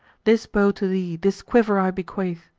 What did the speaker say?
this bow to thee, this quiver i bequeath,